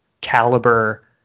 caliber